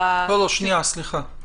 סליחה.